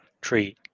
Tree